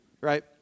right